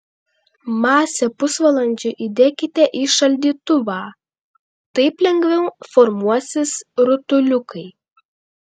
masę pusvalandžiui įdėkite į šaldytuvą taip lengviau formuosis rutuliukai